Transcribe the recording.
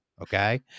Okay